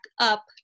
up